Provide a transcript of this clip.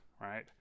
right